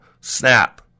Snap